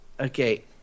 Okay